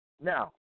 Now